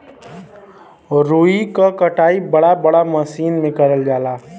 रुई क कटाई बड़ा बड़ा मसीन में करल जाला